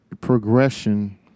progression